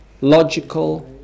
logical